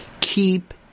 Keep